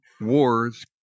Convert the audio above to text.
wars